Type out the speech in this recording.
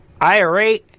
IRA